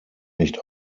nicht